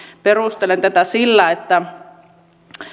perustelen tätä sillä että